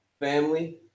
family